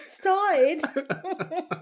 Started